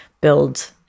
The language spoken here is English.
build